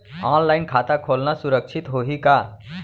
Online खाता खोलना सुरक्षित होही का?